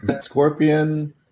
Scorpion